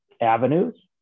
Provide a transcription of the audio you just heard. avenues